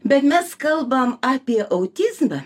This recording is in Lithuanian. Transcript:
bet mes kalbam apie autizmą